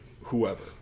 whoever